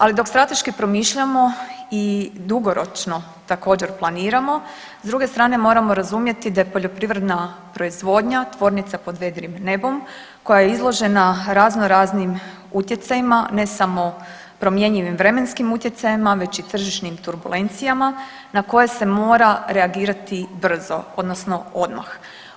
Ali dok strateški promišljamo i dugoročno također planiramo s druge strane moramo razumjeti da je poljoprivredna proizvodnja tvornica po vedrim nebom koja je izložena razno raznim utjecajima ne samo promjenjivim vremenskim utjecajima već i tržišnim turbulencijama na koje se mora reagirati brzo odnosno odmah.